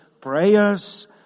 prayers